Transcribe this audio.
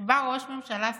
שבה ראש ממשלה סחיט,